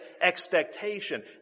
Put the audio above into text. expectation